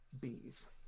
bees